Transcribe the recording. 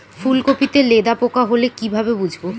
ফুলকপিতে লেদা পোকা হলে কি ভাবে বুঝবো?